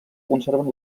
conserven